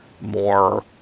more